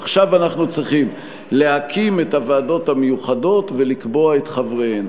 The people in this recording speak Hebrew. עכשיו אנחנו צריכים להקים את הוועדות המיוחדות ולקבוע את חבריהן.